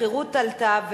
השכירות עלתה,